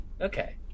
Okay